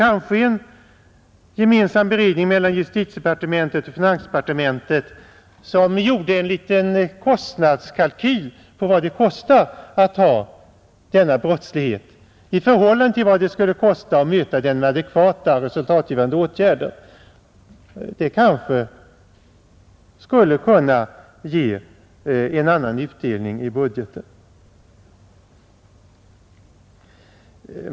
En gemensam beredning mellan justitiedepartementet och finansdepartementet, där man gjorde en kalkyl på vad det kostar att ha denna brottslighet i förhållande till vad det skulle kosta att möta den med adekvata och resultatgivande åtgärder, kanske skulle kunna ge en annan utdelning i budgeten.